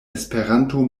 esperanto